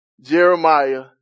Jeremiah